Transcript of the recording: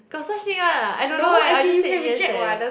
got such thing one lah I don't know eh I just say yes eh